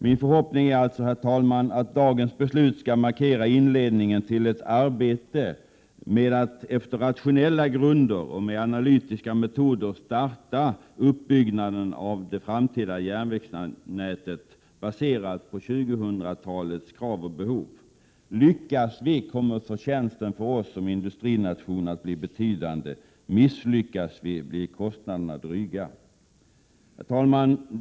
Min förhoppning är alltså, herr talman, att dagens beslut skall markera inledningen till ett arbete med att på rationella grunder och med analytiska metoder starta uppbyggnaden av det framtida järnvägsnätet, baserat på 2000-talets krav och behov. Lyckas vi, kommer förtjänsten för oss som industrination att bli betydande. Misslyckas vi, blir kostnaderna dryga. Herr talman!